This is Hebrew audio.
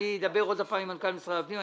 ואדבר עוד פעם עם מנכ"ל משרד הפנים.